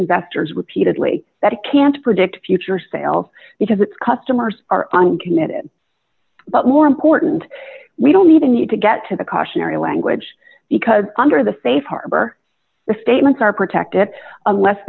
investors repeatedly that it can't predict future sales because its customers are uncommitted but more important we don't even need to get to the cautionary language because under the safe harbor the statements are protected unless